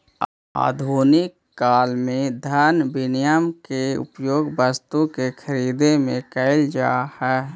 आधुनिक काल में धन विनिमय के उपयोग वस्तु के खरीदे में कईल जा हई